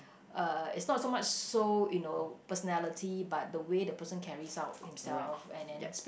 uh it's not so much so you know personality but the way the person carries out himself and then speak